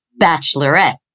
bachelorette